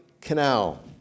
Canal